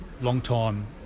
long-time